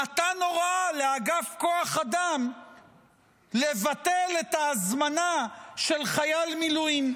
נתן הוראה לאגף כוח אדם לבטל את ההזמנה של חייל מילואים,